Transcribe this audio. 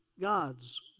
God's